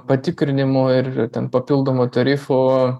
patikrinimų ir ten papildomų tarifų